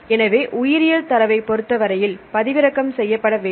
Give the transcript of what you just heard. எனவே உயிரியல் தரவை பொருத்தவரையில் பதிவிறக்கம் செய்யப்பட வேண்டும்